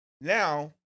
now